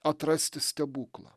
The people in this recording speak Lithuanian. atrasti stebuklą